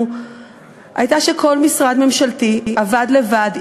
הייתה שבעבר כל משרד ממשלתי עבד לבד,